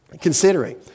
considering